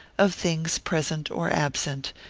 of things present or absent,